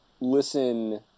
listen